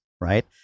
right